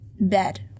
bed